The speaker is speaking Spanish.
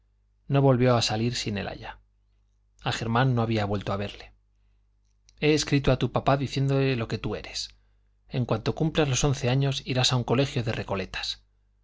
no volvió a salir sin el aya a germán no había vuelto a verle he escrito a tu papá diciéndole lo que tú eres en cuanto cumplas los once años irás a un colegio de recoletas